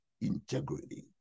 integrity